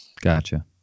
Gotcha